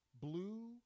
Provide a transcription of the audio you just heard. blue